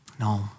No